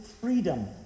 freedom